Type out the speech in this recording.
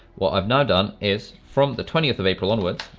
what i've now done is from the twentieth of april onwards,